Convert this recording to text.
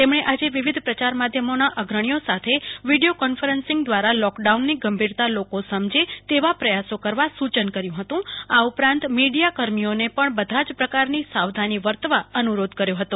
તેમણે આજે વિવિધ પ્રયાર માધ્યમોના અગ્રણીઓ સાથે વિડીયો કોન્ફરન્સિંગ વ્રારા લોકડાઉનની ગંભીરતા લોકો સમજે તેવા પ્રથાસ કરવા સુ ચન કર્યું હતું આ ઉપરાંત મીડીયા કર્મીઓને પણ બધા જ પ્રકારની સાવધાની વર્તવા અનુ રોધ કર્યો હતો